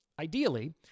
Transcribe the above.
Ideally